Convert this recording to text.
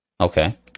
okay